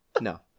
No